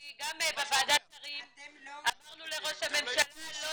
כי גם בוועדת השרים אמרנו לראש הממשלה לא